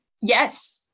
yes